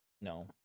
No